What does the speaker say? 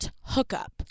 hookup